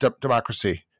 democracy